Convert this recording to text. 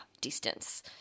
distance